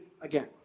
again